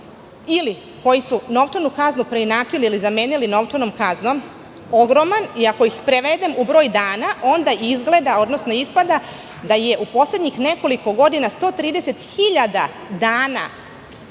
ili koji su novčanu kaznu preinačili ili zamenili novčanom kaznom ogroman, i ako ih prevedem u broj dana, onda ispada da je u poslednjih nekoliko godina 130.000 dana